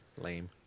lame